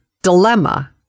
Dilemma